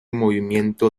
movimiento